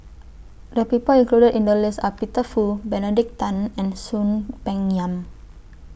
The People included in The list Are Peter Fu Benedict Tan and Soon Peng Yam